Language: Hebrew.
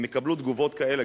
הם יקבלו תגובות כאלה,